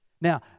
Now